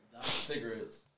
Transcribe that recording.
Cigarettes